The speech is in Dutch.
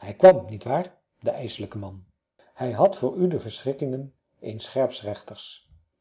hij kwam niet waar de ijselijke man hij had voor u de verschrikkingen eens